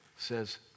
says